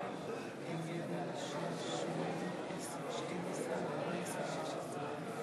של חברת הכנסת ציפי לבני,